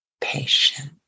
patient